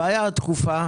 הבעיה הדחופה,